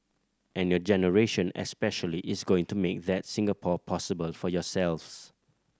and your generation especially is going to make that Singapore possible for yourselves